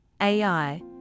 AI